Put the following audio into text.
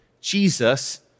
Jesus